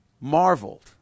marveled